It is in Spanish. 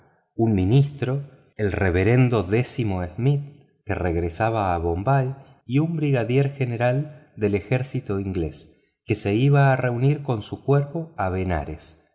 un ministro el reverendo décimo smith que regresaba a bombay y un brigadier general del ejército inglés que se iba a reunir con su cuerpo a benarés